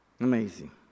Amazing